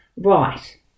right